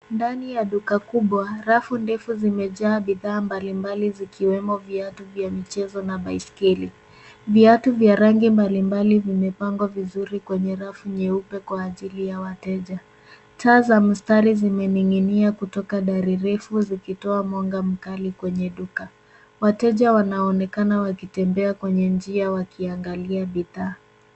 Ndani ya duka kubwa rafu ndefu zimejaa bidhaa mbalimbali zikiwemo viatu vya michezo na baiskeli, viatu vya rangi mbalimbali vimepangwa vizuri kwenye rafu nyeupe kwa ajili ya wateja, taa mstari zimening'inia kutoka dari refu zikitoa mwanga mkali kwenye duka ,wateja wanaonekana wakitembea kwenye njia wakiangalia bidhaa.